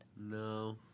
No